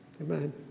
Amen